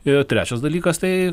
ir trečias dalykas tai